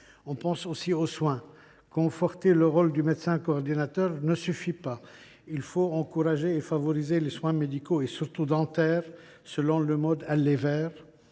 On pense aussi aux soins ; conforter le rôle du médecin coordinateur ne suffit pas. Il faut encourager et favoriser les soins médicaux et, surtout, dentaires en recourant